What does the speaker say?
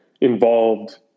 involved